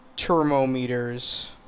thermometers